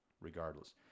regardless